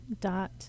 dot